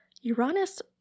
Uranus